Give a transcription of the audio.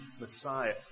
Messiah